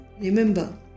remember